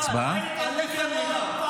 אתה וסאל, עליך נאמר.